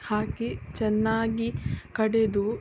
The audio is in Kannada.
ಹಾಕಿ ಚೆನ್ನಾಗಿ ಕಡೆದು